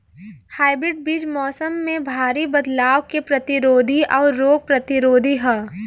hybrid बीज मौसम में भारी बदलाव के प्रतिरोधी और रोग प्रतिरोधी ह